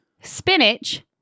spinach